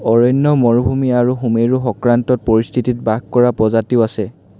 অৰণ্য মৰুভূমি আৰু সুমেৰু সংক্ৰান্ত পৰিস্থিতিত বাস কৰা প্ৰজাতিও আছে